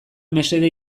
mesede